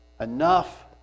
enough